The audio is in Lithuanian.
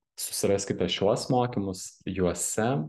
susiraskite šiuos mokymus juose